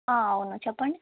అవును చెప్పండి